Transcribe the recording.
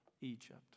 Egypt